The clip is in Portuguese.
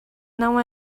não